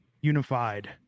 unified